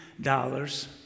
Dollars